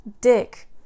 Dick